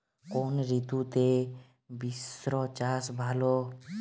কোন ঋতুতে বিন্স চাষ ভালো হয়?